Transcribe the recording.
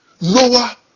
Noah